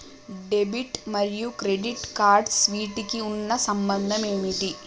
Debit మరియు credit cards వీటికి ఉన్న సంబంధం ఏంటి?